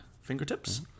fingertips